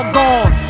gone